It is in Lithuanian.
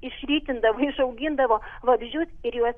išritindavo išaugindavo vabzdžius ir juos